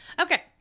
Okay